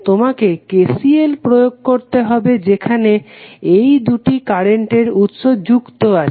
তোমাকে KCL প্রয়োগ করতে হবে যেখানে এই দুটি কারেন্টের উৎস যুক্ত আছে